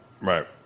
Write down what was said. right